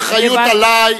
האחריות עלי,